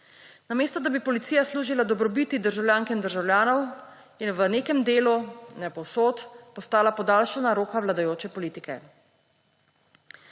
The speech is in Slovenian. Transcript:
Namesto da bi policija služila dobrobiti državljank in državljanov, je v nekem delu, ne povsod, postala podaljšana roka vladajoče politike.